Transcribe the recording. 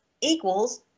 equals